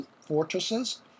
fortresses